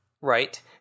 right